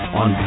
on